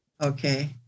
Okay